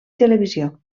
televisió